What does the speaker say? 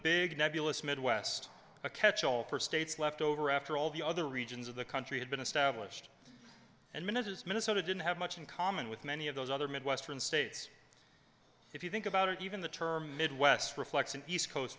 big nebulous midwest a catch all for states left over after all the other regions of the country had been established and mrs minnesota didn't have much in common with many of those other midwestern states if you think about it even the term midwest reflects an east coast